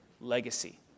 legacy